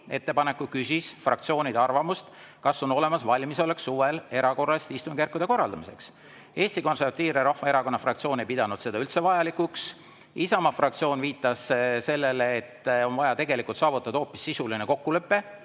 ettepaneku, küsis fraktsioonide arvamust, kas on olemas valmisolek suvel erakorraliste istungjärkude korraldamiseks. Eesti Konservatiivse Rahvaerakonna fraktsioon ei pidanud seda üldse vajalikuks. Isamaa fraktsioon viitas sellele, et on vaja saavutada hoopis sisuline kokkulepe,